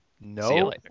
No